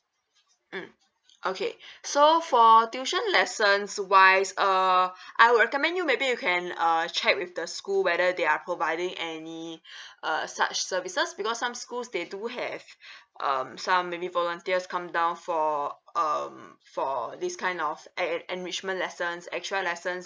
mm okay so for tuition lessons wise uh I will recommend you maybe you can uh check with the school whether they are providing any uh such services because some schools they do have um some maybe volunteers come down for um for this kind of en~ enrichment lessons extra lessons